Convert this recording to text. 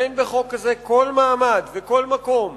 אין בחוק הזה כל מעמד וכל מקום